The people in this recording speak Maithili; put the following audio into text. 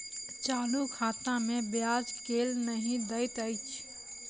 चालू खाता मे ब्याज केल नहि दैत अछि